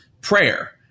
prayer